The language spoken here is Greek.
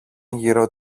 γύρω